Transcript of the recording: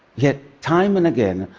yet time and again,